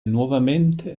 nuovamente